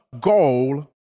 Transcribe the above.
goal